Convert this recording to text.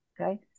Okay